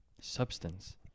substance